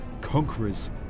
conquerors